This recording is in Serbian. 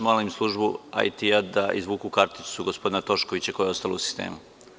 Molim službu IT da izvuku karticu gospodina Toškovića koja je ostala u sistemu.